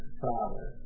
father